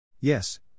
Yes